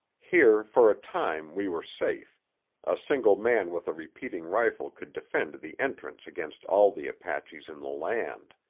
here for a time we were safe a single man with a repeating rifle could defend the entrance against all the apaches in the land.